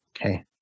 Okay